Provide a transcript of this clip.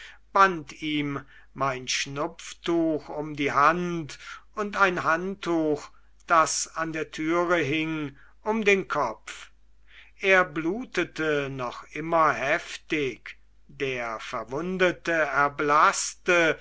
band ihm mein schnupftuch um die hand und ein handtuch das an der türe hing um den kopf er blutete noch immer heftig der verwundete erblaßte